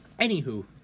Anywho